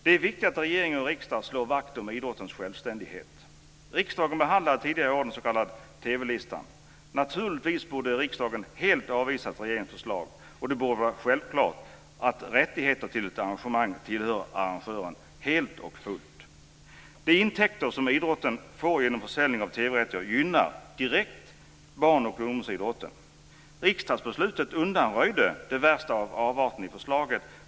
Det är viktigt att regering och riksdag slår vakt om idrottens självständighet. Riksdagen behandlade tidigare i år den s.k. TV-listan. Naturligtvis borde riksdagen helt avvisat regeringens förslag. Det borde vara självklart att rättigheter till ett arrangemang tillhör arrangören helt och fullt. De intäkter som idrotten får genom försäljning av TV-rättigheter gynnar direkt barn och ungdomsidrotten. Riksdagsbeslutet undanröjde de värsta avarterna i förslaget.